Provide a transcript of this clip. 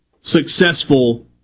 successful